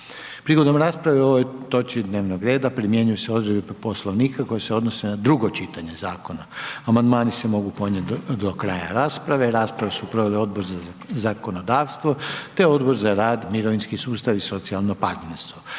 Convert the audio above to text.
Prigodom rasprave o ovoj točki dnevnog reda primjenjuju se odredbe Poslovnika koje se odnose na drugo čitanje zakona. Amandmani se mogu podnijeti do kraja rasprave. Raspravu su proveli Odbor za zakonodavstvo, te Odbor za rad, mirovinski sustav i socijalno partnerstvo.